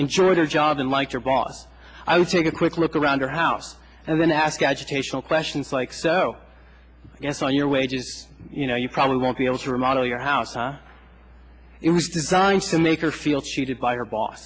ensure their job unlike your boss i would take a quick look around her house and then ask educational questions like so i guess on your wages you know you probably won't be able to remodel your house because it was designed to make her feel cheated by her b